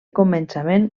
començament